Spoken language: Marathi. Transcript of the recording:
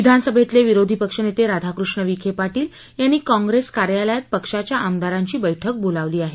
विधानसभेतले विरोधी पक्षनेते राधाकृष्ण विखे पार्पेल यांनी काँप्रेस कार्यालयात पक्षाच्या आमदारांची बैठक बोलावली आहे